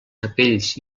capells